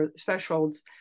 thresholds